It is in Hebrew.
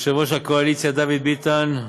יושב-ראש הקואליציה דוד ביטן,